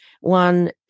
one